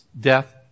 death